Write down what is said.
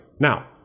Now